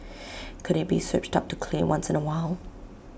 could IT be switched up to clay once in A while